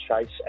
Chase